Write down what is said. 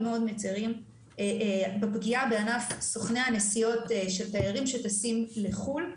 מצרים מאוד בפגיעה שענף סוכני הנסיעות של תיירים שטסים לחו"ל,